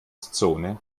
zone